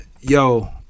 Yo